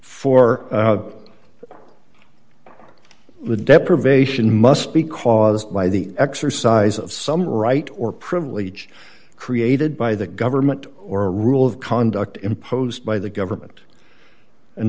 r the deprivation must be caused by the exercise of some right or privilege created by the government or a rule of conduct imposed by the government and